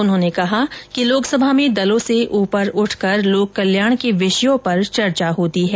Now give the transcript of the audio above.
उन्होने कहा कि लोकसभा में दलों से उपर उठकर लोककल्याण के विषयों पर चर्चा होती है